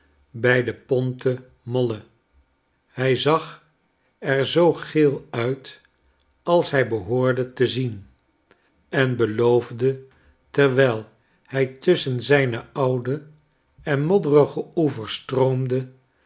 bij de ponte molle hij zag er zoo geel uit als hij behoorde te zien en beloofde terwijl hij tusschen zijne oude en modderige oevers stroomde